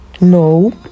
no